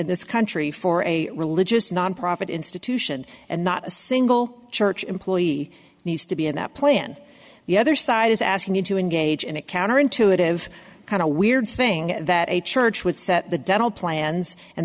this country for a religious nonprofit institution and not a single church employee needs to be in that plan the other side is asking you to engage in a counterintuitive kind of weird thing that a church would set the dental plans and